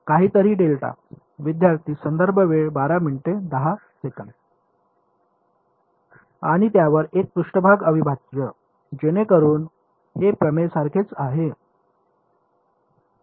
काहीतरी विद्यार्थीः आणि त्यावर एक पृष्ठभाग अविभाज्य जेणेकरून हे प्रमेयसारखेच आहे